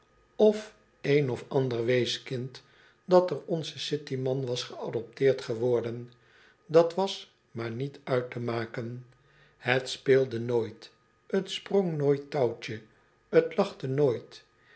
of een of ander weeskind dat door onzen city man was geadopteerd geworden dat was maar niet uit te maken het speelde nooit t sprong nooit touwtje t lachte nooit